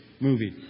movie